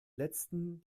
letzten